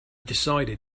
decided